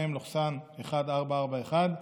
מ/1441,